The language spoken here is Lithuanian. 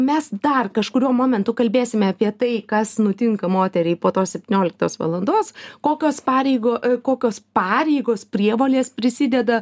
mes dar kažkuriuo momentu kalbėsime apie tai kas nutinka moteriai po tos septynioliktos valandos kokios pareigo kokios pareigos prievolės prisideda